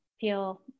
feel